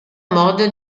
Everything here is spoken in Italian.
modo